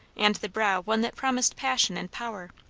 and the brow one that promised passion and power?